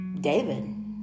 David